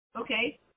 Okay